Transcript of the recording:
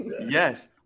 Yes